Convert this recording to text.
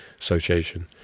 association